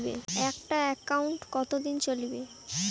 একটা একাউন্ট কতদিন চলিবে?